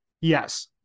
yes